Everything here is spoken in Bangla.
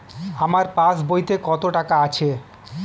আমার পাস বইতে কত টাকা আছে?